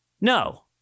No